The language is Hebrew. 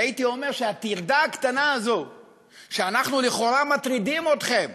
הייתי אומר שהטרדה הקטנה הזאת שאנחנו לכאורה מטרידים אתכם,